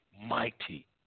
mighty